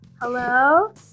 Hello